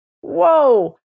Whoa